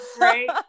right